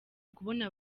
ukubona